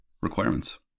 requirements